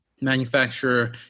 manufacturer